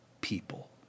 people